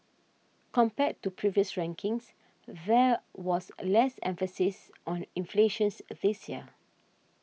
compared to previous rankings there was less emphasis on inflations this year